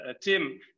Tim